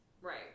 Right